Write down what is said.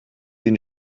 den